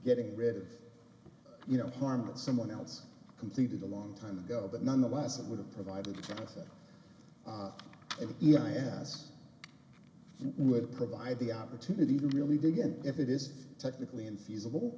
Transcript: getting rid of you know harm that someone else completed a long time ago but nonetheless it would have provided it even i asked would provide the opportunity to really dig and if it is technically infeasible